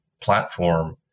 platform